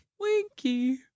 Winky